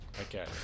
Okay